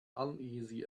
uneasy